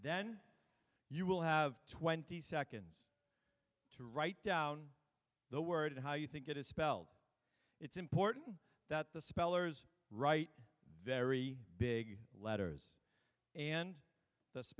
then you will have twenty seconds to write down the word how you think it is spelled it's important that the spellers write very big letters and th